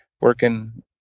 working